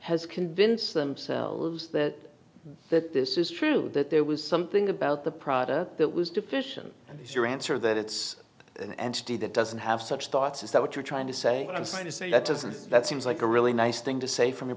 has convinced themselves that that this is true that there was something about the product that was deficient is your answer that it's an entity that doesn't have such thoughts is that what you're trying to say and i'm sorry to say that doesn't that seems like a really nice thing to say from your